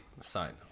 sign